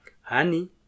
honey